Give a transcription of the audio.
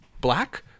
black